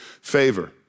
favor